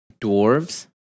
dwarves